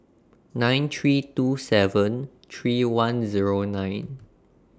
nine three two seven three one Zero nine